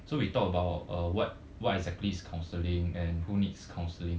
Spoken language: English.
so we talk about uh what what exactly is counselling and who needs counselling